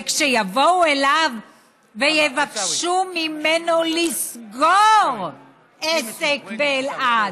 וכשיבואו אליו ויבקשו ממנו לסגור עסק באלעד,